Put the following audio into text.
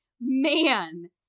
man